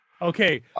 Okay